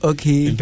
Okay